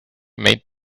made